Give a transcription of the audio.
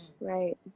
Right